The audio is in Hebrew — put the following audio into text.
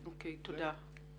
תודה.